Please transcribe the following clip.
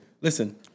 Listen